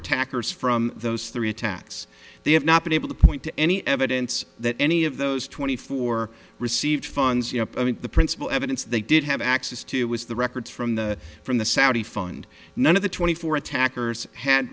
attackers from those three attacks they have not been able to point to any evidence that any of those twenty four received funds you know the principle evidence they did have access to was the records from the from the saudi fund none of the twenty four attackers had